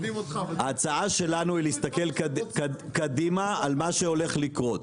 ההצעה שלנו היא להסתכל קדימה על מה שהולך לקרות.